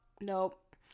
nope